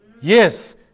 Yes